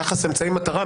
יחס אמצעי-מטרה,